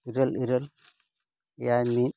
ᱚ ᱤᱨᱟᱹᱞ ᱤᱨᱟᱹᱞ ᱮᱭᱟᱭ ᱢᱤᱫ